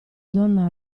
donna